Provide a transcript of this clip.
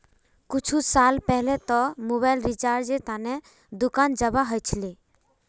कुछु साल पहले तक मोबाइल रिचार्जेर त न दुकान जाबा ह छिले